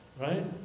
Right